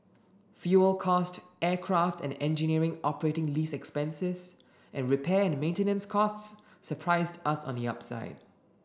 fuel cost aircraft and engineering operating lease expenses and repair and maintenance costs surprised us on the upside